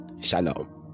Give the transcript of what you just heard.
shalom